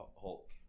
hulk